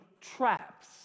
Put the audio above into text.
traps